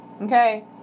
Okay